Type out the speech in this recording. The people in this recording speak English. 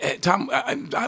Tom